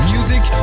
Music